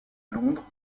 londres